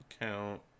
count